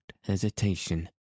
hesitation